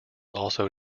also